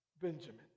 Benjamin